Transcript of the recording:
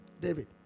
David